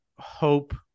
hope